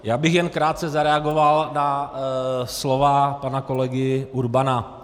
Já bych jen krátce zareagoval na slova pana kolegy Urbana.